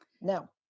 No